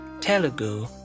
Telugu